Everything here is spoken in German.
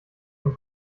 und